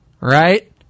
Right